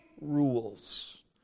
rules